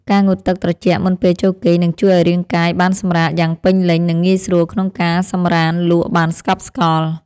ការងូតទឹកត្រជាក់មុនពេលចូលគេងនឹងជួយឱ្យរាងកាយបានសម្រាកយ៉ាងពេញលេញនិងងាយស្រួលក្នុងការសម្រាន្តលក់បានស្កប់ស្កល់។